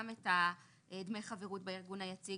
גם את דמי החברות בארגון היציג,